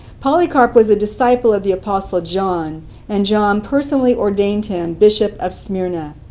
polycarp was a disciple of the apostle john and john personally ordained him bishop of smyrna.